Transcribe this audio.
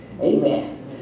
Amen